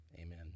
Amen